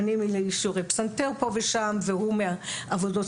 אני משיעורי פסנתר פה ושם והוא גם בעבודות